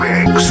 Mix